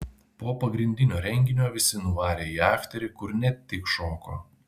po pagrindinio renginio visi nuvarė į afterį kur ne tik šoko